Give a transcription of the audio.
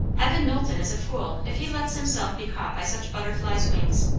evan knowlton is a fool if he lets himself be caught by such butterfly's wings.